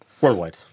Worldwide